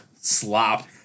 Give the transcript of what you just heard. slop